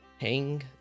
hang